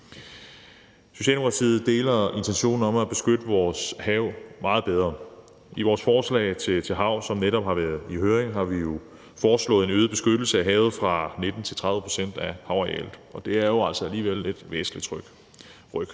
Socialdemokratiet deler intentionen om at beskytte vores hav meget bedre. I vores forslag om havet, som netop har været i høring, har vi jo foreslået en øget beskyttelse af havet, nemlig fra 19 pct. til 30 pct. af havarealet. Det er jo altså alligevel et væsentligt ryk.